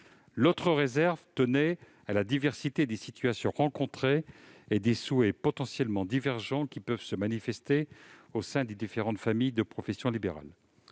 L'autre réserve tenait à la diversité des situations rencontrées et des souhaits potentiellement divergents qui peuvent se manifester au sein des différentes familles de professions libérales.